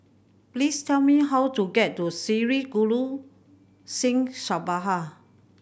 please tell me how to get to Sri Guru Singh Sabha